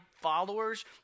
followers